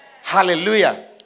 Hallelujah